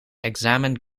examined